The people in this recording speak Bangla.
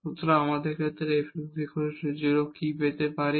সুতরাং আমরা এই ক্ষেত্রে fx 0 কি পেতে পারি